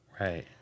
Right